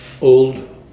old